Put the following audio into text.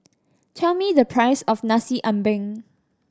tell me the price of Nasi Ambeng